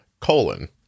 colon